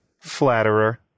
Flatterer